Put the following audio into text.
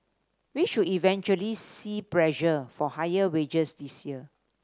we should eventually see pressure for higher wages this year